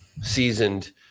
seasoned